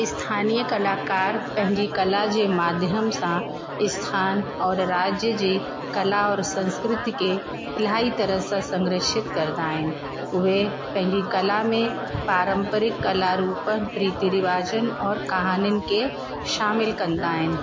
इस्थानीय कलाकार पंहिंजी कला जे माध्यम सां इस्थानु और राज्य जी कला और संस्कृतीअ खे इलाही तरह सां संग्रहित कंदा आहिनि उहे पंहिंजी कला में पारंपरिक कला रूप रिती रिवाजनि और कहानियुनि खे शामिलु कंदा आहिनि